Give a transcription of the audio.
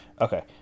Okay